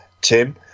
Tim